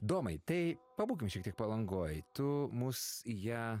domai tai pabūkim šiek tiek palangoj tu mus į ją